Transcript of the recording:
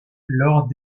lors